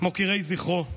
מוקירי זכרו,